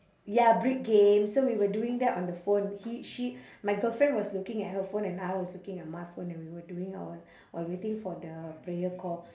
ya brick games so we were doing that on the phone he she my girlfriend was looking at her phone and I was looking at my phone and we were doing our while waiting for the prayer call